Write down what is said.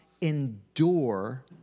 endure